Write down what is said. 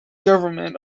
government